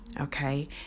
okay